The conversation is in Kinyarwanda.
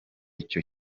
icyo